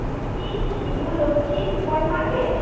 এটা কি Shibu Lakshmi super market